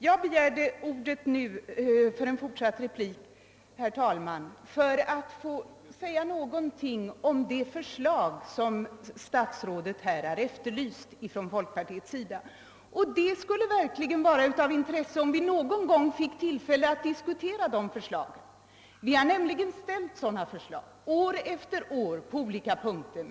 Jag begärde nu ordet, herr talman, för att säga något om de förslag som statsrådet har efterlyst från folkpartiets sida, och det skulle verkligen vara av intresse att någon gång få diskutera de förslagen. Vi har nämligen ställt sådana förslag år efter år på olika punkter.